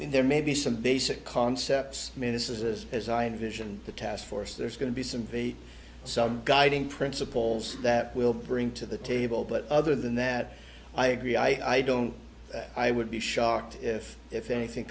there may be some basic concepts i mean this is as i envision the task force there's going to be some be some guiding principles that we'll bring to the table but other than that i agree i don't i would be shocked if if anything